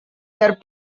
their